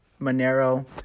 Monero